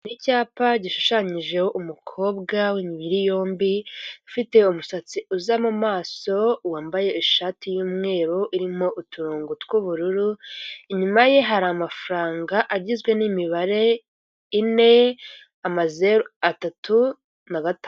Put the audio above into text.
Ni icyapa gishushanyijeho umukobwa w'imibiri yombi ufite umusatsi uza maso, wambaye ishati y'umweru urimo uturongo tw'ubururu, inyuma ye hari amafaranga agizwe n'imibare ine, amazeru atatu na gatanu.